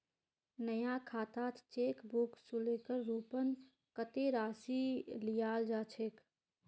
नया खातात cheque book शुल्केर रूपत कत्ते राशि लियाल जा छेक